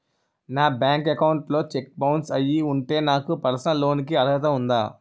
నా bank account లో check bounce అయ్యి ఉంటే నాకు పర్సనల్ లోన్ కీ అర్హత ఉందా?